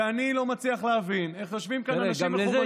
אני לא מצליח להבין איך יושבים כאן אנשים מכובדים,